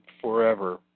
forever